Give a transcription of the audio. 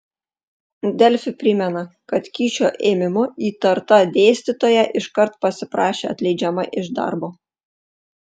delfi primena kad kyšio ėmimu įtarta dėstytoja iškart pasiprašė atleidžiama iš darbo